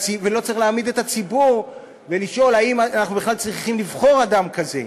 ולא צריך להעמיד את הציבור ולשאול האם אנחנו בכלל צריכים לבחור אדם כזה.